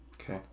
okay